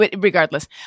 regardless